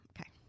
Okay